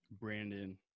Brandon